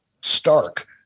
stark